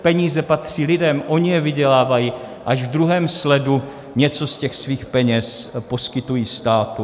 Peníze patří lidem, oni je vydělávají, až v druhém sledu něco z těch svých peněz poskytují státu.